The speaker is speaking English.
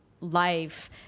life